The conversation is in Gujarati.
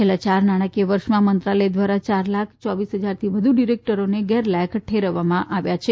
છેલ્લા યાર નાણાંકીય વર્ષમાં મંત્રાલય ઘ્વારા ચાર લાખ ચોવીસ ફજારથી વધુ ડિરેકટરોને ગેરકાલય ઠરાવવામાં આવ્યા છે